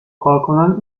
کارکنان